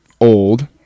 old